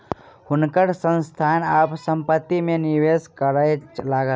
हुनकर संस्थान आब संपत्ति में निवेश करय लागल